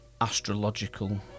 astrological